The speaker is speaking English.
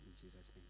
Jesus